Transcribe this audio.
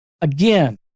Again